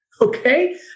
Okay